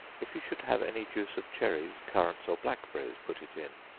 if you should have any juice of cherries, currants, or blackberries, put it in,